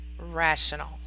rational